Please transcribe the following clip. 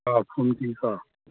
ꯄꯥꯎꯈꯨꯝꯗꯤ ꯀꯣ